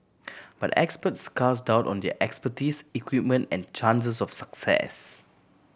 but experts cast doubt on their expertise equipment and chances of success